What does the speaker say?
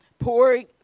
Pouring